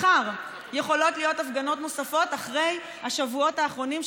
מחר יכולות להיות הפגנות נוספות אחרי השבועות האחרונים,